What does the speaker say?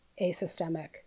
asystemic